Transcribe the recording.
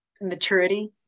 maturity